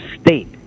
state